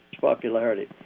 popularity